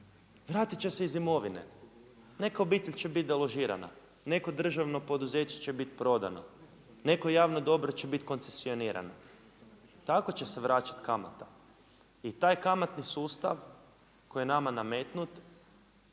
vratiti će se iz imovine, neka obitelj će biti deložirana, neko državno poduzeće će biti prodano, neko javno dobro će biti koncesionirano. Tako će se vraćati kamata. I taj kamatni sustav koji je nama nametnut,